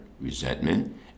resentment